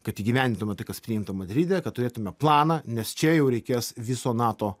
kad įgyvendintume tai kas priimta madride kad turėtume planą nes čia jau reikės viso nato